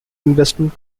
investment